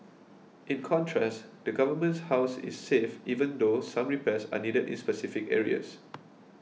in contrast the Government's house is safe even though some repairs are needed in specific areas